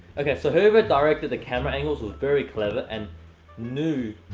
okay, so whoever directed the camera angles was very clever, and knew.